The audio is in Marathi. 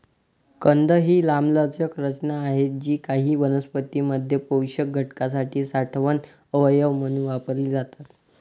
कंद ही लांबलचक रचना आहेत जी काही वनस्पतीं मध्ये पोषक घटकांसाठी साठवण अवयव म्हणून वापरली जातात